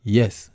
Yes